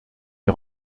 est